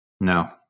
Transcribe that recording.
no